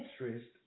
interest